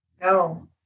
No